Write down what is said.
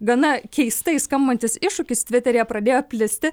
gana keistai skambantis iššūkis tviteryje pradėjo plisti